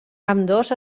ambdós